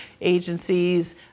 agencies